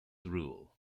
rule